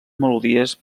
melodies